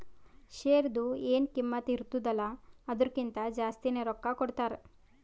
ಶೇರ್ದು ಎನ್ ಕಿಮ್ಮತ್ ಇರ್ತುದ ಅಲ್ಲಾ ಅದುರ್ಕಿಂತಾ ಜಾಸ್ತಿನೆ ರೊಕ್ಕಾ ಕೊಡ್ತಾರ್